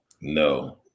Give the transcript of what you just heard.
No